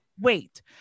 wait